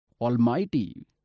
Almighty